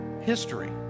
history